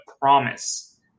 promise